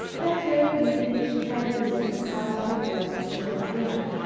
that very evening she had news that caused her blood to chill again.